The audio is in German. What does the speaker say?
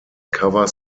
cover